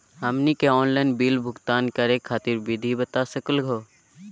हमनी के online bill भुगतान करे खातीर विधि बता सकलघ हो?